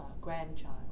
grandchild